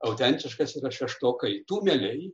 autentiškas yra šeštokai tuneliai